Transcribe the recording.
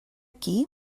qui